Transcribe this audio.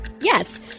Yes